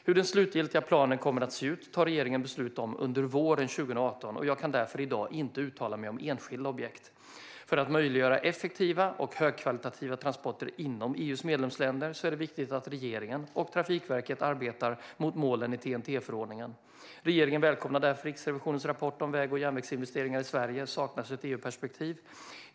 Hur den slutliga planen kommer att se ut tar regeringen beslut om under våren 2018, och jag kan därför i dag inte uttala mig om enskilda objekt. För att möjliggöra effektiva och högkvalitativa transporter inom EU:s medlemsländer är det viktigt att regeringen och Trafikverket arbetar mot målen i TEN-T-förordningen. Regeringen välkomnar därför Riksrevisionens rapport Väg och järnvägsinvestering i Sverige - saknas ett EU-perspektiv?